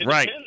Right